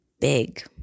big